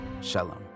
Shalom